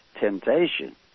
temptation